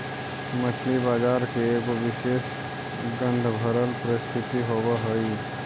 मछली बजार के एगो विशेष गंधभरल परिस्थिति होब हई